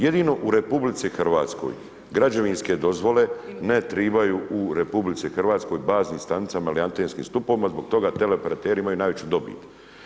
Jedino u RH građevinske dozvole ne trebaju u RH baznim stanicama ili antenskim stupovima, zbog toga teleoperateri imaju najveću dobit.